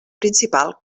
principal